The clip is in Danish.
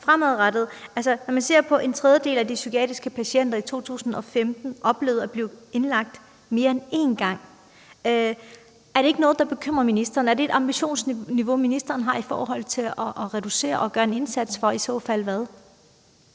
når man ser, at en tredjedel af de psykiatriske patienter i 2015 oplevede at blive indlagt mere end en gang, er det så ikke noget, der bekymrer ministeren? Har ministeren har en ambition i forhold til at reducere antallet og gøre en indsats, og i så fald hvilken?